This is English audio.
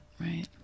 right